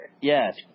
Yes